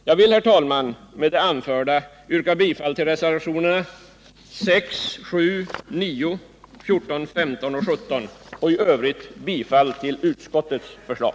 Jag vill, herr talman, med det anförda yrka bifall till reservationerna 6, 7, 9, 14, 15 och 17 och i övrigt bifall till utskottets förslag.